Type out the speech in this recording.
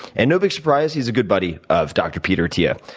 and no big surprise he's a good buddy of dr. peter attia,